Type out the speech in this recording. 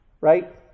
right